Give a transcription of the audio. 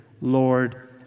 Lord